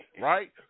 right